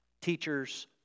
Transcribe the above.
teachers